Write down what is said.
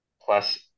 Plus